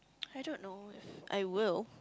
I don't know if I will